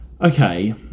Okay